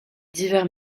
divers